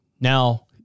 Now